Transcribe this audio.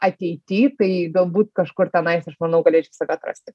ateity kai galbūt kažkur tenais aš manau galėčiau save atrasti